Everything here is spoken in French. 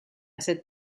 cette